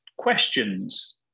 questions